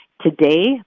Today